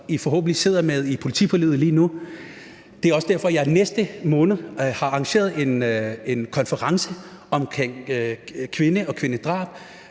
i forhandlingerne om politiforliget lige nu. Det er også derfor, jeg i næste måned har arrangeret en konference om kvindedrab,